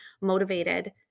motivated